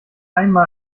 einmal